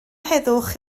heddwch